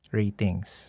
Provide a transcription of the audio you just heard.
ratings